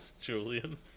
Julian